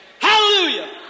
Hallelujah